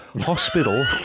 Hospital